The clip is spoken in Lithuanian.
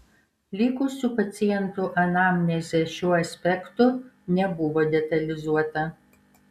likusių pacientų anamnezė šiuo aspektu nebuvo detalizuota